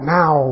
now